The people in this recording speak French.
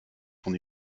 son